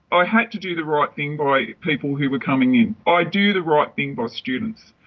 i had to do the right thing by people who were coming in. i do the right thing by students.